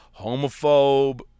Homophobe